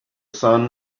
son